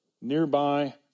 nearby